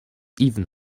even